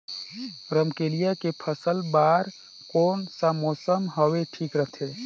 रमकेलिया के फसल बार कोन सा मौसम हवे ठीक रथे?